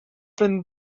been